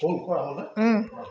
হ'ল কোৱা হ'লনে